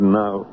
now